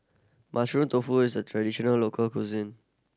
Mushroom Tofu is a traditional local cuisine